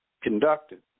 conducted